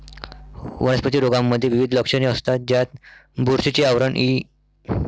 वनस्पती रोगांमध्ये विविध लक्षणे असतात, ज्यात बुरशीचे आवरण इ